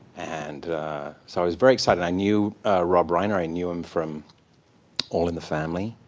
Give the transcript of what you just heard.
and so i was very excited. i knew rob reiner. i knew him from all in the family.